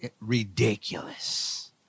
ridiculous